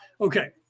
Okay